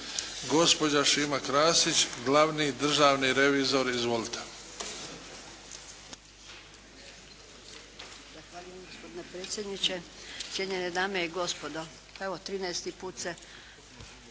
Gospođa Šima Krasić glavni državni revizor. Izvolite.